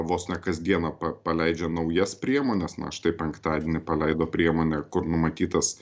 vos ne kasdieną pa paleidžia naujas priemones na štai penktadienį paleido priemonę kur numatytas